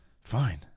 fine